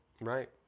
Right